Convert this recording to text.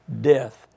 death